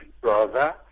brother